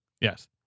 Yes